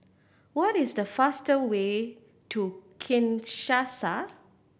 what is the faster way to Kinshasa